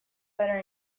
butter